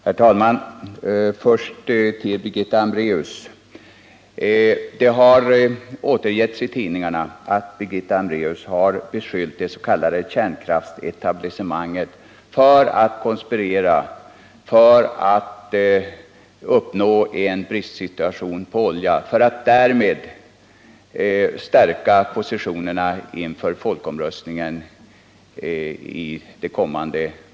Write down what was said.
Herr talman! Först några ord till Birgitta Hambraeus. Det har återgetts i tidningarna att Birgitta Hambraeus har beskyllt det s.k. kärnkraftsetablissemanget för att konspirera i syfte att uppnå en bristsituation på olja och därmed stärka sina positioner inför det kommande valet och folkomröstningen.